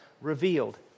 revealed